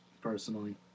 personally